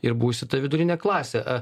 ir būsi ta vidurinė klasė